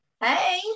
Hey